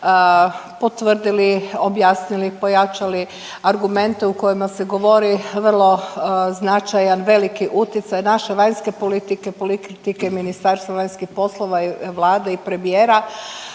potvrdili, objasnili, pojačali argumente u kojima se govori vrlo značajan veliki utjecaj naše vanjske politike, politike Ministarstva vanjskih poslova i Vlade i premijera